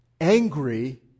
Angry